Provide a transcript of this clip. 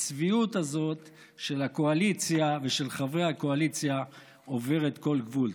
הצביעות הזאת של הקואליציה ושל חברי הקואליציה עוברת כל גבול.